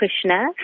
Krishna